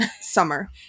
summer